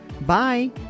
Bye